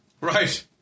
Right